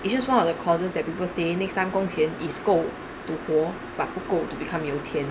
it's just one of the courses that people say next time 工钱 is 够 to 活 but 不够 to become 有钱